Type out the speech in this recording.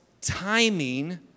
timing